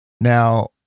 Now